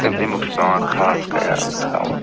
تہٕ تَمیُک چھِ پٮ۪وان خاص خیال تھاوُن